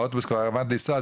והאוטובוס כבר עמד לנסוע,